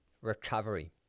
recovery